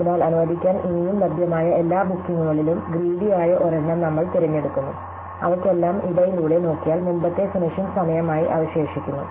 അതിനാൽ അനുവദിക്കാൻ ഇനിയും ലഭ്യമായ എല്ലാ ബുക്കിംഗുകളിലും ഗ്രീടി ആയ ഒരെണ്ണം നമ്മൾ തിരഞ്ഞെടുക്കുന്നു അവയ്ക്കെല്ലാം ഇടയിലൂടെ നോക്കിയാൽ മുമ്പത്തെ ഫിനിഷിംഗ് സമയമായി അവശേഷിക്കുന്നു